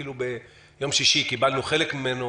אפילו ביום שישי קיבלנו חלק ממנו